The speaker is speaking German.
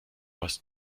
hast